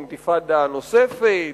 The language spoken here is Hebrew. אינתיפאדה נוספת,